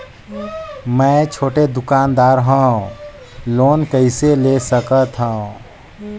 मे छोटे दुकानदार हवं लोन कइसे ले सकथव?